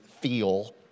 feel